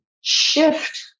shift